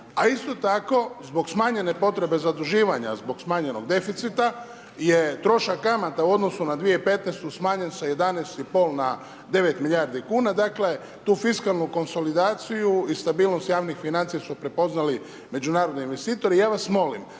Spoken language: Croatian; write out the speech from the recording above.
a isto tako zbog smanjenje potrebe zaduživanja, zbog smanjenog deficita, je trošak kamata u odnosu na 2015, smanjene sa 11,5 na 9 milijardi kuna, dakle, tu fiskalnu konsolidaciju i stabilnost javnih financija su prepoznali međunarodni investitori,